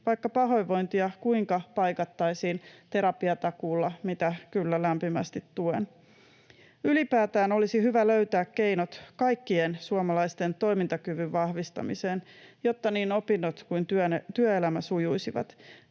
vaikka pahoinvointia kuinka paikattaisiin terapiatakuulla, mitä kyllä lämpimästi tuen. Ylipäätään olisi hyvä löytää keinot kaikkien suomalaisten toimintakyvyn vahvistamiseen, jotta niin opinnot kuin työelämä sujuisivat.